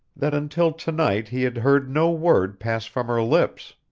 that until to-night he had heard no word pass from her lips.